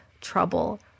trouble